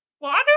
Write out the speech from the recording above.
water